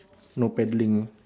no paddling ah